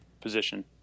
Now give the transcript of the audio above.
position